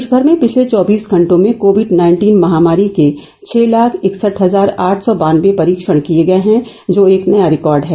देशभर में पिछले चौबीस घंटों में कोविड नाइन्टीन महामारी के छह लाख इकसठ हजार आठ सौ बान्नबे परीक्षण किए गए हैं जो एक नया रिकॉर्ड है